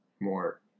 more